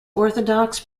orthodox